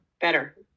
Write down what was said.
better